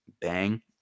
Bang